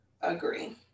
agree